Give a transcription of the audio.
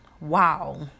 Wow